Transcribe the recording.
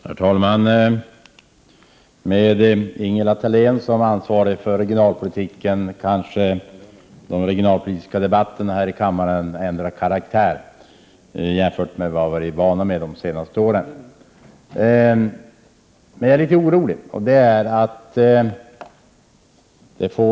Herr talman! Med Ingela Thalén som ansvarig för regionalpolitiken kanske de regionalpolitiska debatterna här i kammaren ändrar karaktär jämfört med vad vi har vant oss vid under de senaste åren. Men jag är litet orolig.